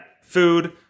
food